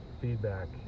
feedback